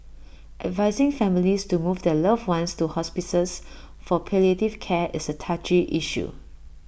advising families to move their loved ones to hospices for palliative care is A touchy issue